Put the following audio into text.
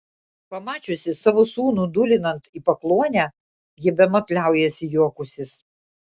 pamačiusi savo sūnų dūlinant į pakluonę ji bemat liaujasi juokusis